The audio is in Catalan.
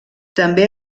també